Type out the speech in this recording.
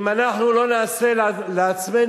אם אנחנו לא נעשה לעצמנו,